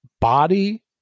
body